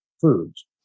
foods